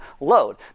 load